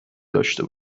داشته